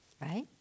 right